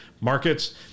markets